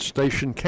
Station